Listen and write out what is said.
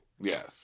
Yes